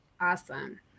Awesome